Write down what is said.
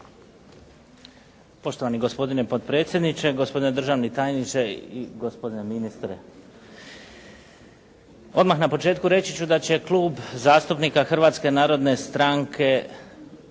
Poštovani gospodine potpredsjedniče, gospodine državni tajniče. Odmah na početku reći ću da će Klub zastupnika Hrvatske narodne stranke